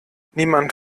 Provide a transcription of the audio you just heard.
niemand